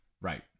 Right